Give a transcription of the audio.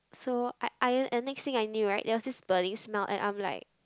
so I ironed and next thing I knew right there was this burning smell and I'm like